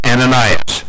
Ananias